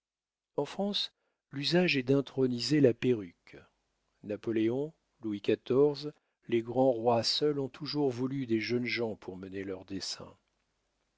en france l'usage est d'introniser la perruque napoléon louis xiv les grands rois seuls ont toujours voulu des jeunes gens pour mener leurs desseins